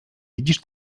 widzisz